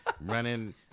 Running